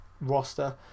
roster